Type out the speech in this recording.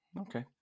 Okay